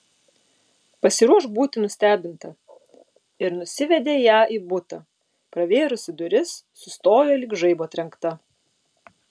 pasiruošk būti nustebinta ir nusivedė ją į butą pravėrusi duris sustojo lyg žaibo trenkta